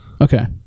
Okay